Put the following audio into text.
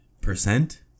Percent